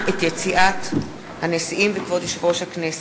את יציאת הנשיאים וכבוד יושב-ראש הכנסת.